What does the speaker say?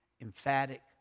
emphatic